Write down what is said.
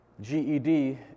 GED